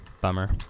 Bummer